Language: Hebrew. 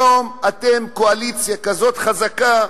היום אתם קואליציה כזאת חזקה,